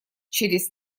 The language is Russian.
через